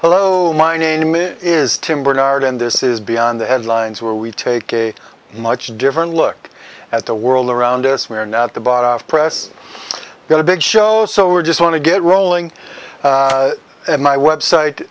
hello my name is tim barnard and this is beyond the headlines where we take a much different look at the world around us we're now at the bottom press got a big show so we're just want to get rolling and my website